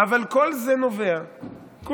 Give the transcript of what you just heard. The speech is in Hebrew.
אבל כל זה נובע מכך